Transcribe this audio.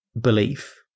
belief